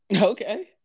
okay